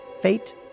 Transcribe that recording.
fate